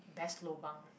best lobang